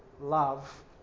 love